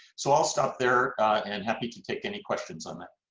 so i'll stop there and happy to take any questions on that.